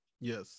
Yes